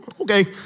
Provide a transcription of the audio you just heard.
Okay